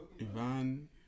Ivan